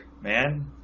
man